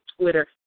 Twitter